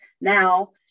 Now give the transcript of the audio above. Now